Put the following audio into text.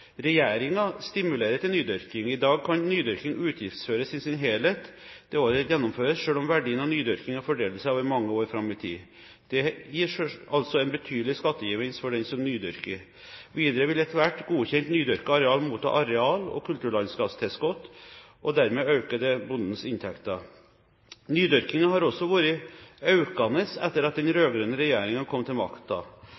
stimulerer til nydyrking. I dag kan nydyrking utgiftsføres i sin helhet det året den gjennomføres, selv om verdien av nydyrkingen fordeler seg over mange år fram i tid. Dette gir altså en betydelig skattegevinst for den som nydyrker. Videre vil ethvert godkjent nydyrket areal motta areal- og kulturlandskapstilskudd, og dermed øker det bondens inntekter. Nydyrkingen har også vært økende etter at den